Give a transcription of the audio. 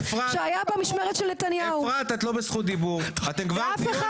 זה לא אומר שאין --- היינו בדיון הזה.